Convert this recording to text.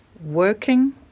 working